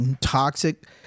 toxic